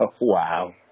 Wow